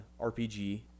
RPG